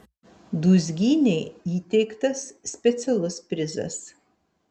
dūzgynei įteiktas specialus prizas